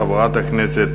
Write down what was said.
חברת הכנסת